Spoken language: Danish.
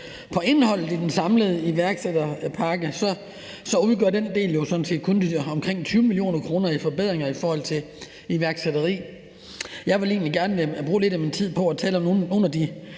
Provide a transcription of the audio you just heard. på indholdet i den samlede iværksætterpakke, udgør den del sådan set kun omkring 20 mio. kr. i forbedringer i forhold til iværksætteri. Jeg vil egentlig gerne bruge lidt af min tid på at tale om nogle af de